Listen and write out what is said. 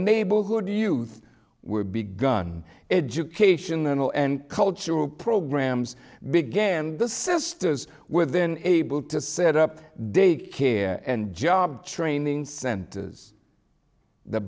neighborhood youth were begun educational and cultural programs began the sisters within able to set up day care and job training centers the